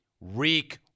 Reek